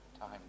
time